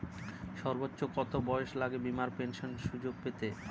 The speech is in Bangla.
সর্বোচ্চ কত বয়স লাগে বীমার পেনশন সুযোগ পেতে?